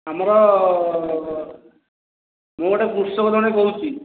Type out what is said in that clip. ଆମର ମୁଁ ଗୋଟେ କୃଷକ ଜଣେ କହୁଛି